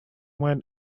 went